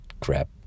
crap